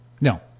No